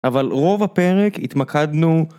אבל רוב הפרק התמקדנו